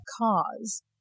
cause